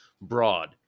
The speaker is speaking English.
broad